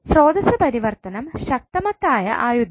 സ്രോതസ്സ് പരിവർത്തനം ശക്തിമത്തായ ആയുധമാണ്